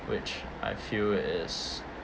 which I feel is